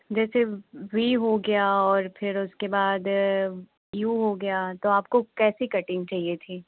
जैसे वी हो गया और फिर उसके बाद यू हो गया तो आप को कैसी कटिन्ग चाहिए थी